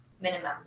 minimum